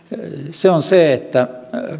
on se että